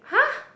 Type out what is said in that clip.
!huh!